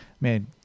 Man